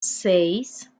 seis